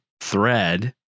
Thread